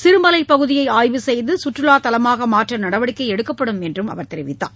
சிறுமலை பகுதியை ஆய்வு செய்து சுற்றுவாத்தலமாக மாற்ற நடவடிக்கை எடுக்கப்படும் என்றும் அவர் தெரிவித்தார்